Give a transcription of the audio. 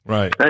Right